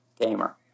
gamer